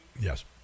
Yes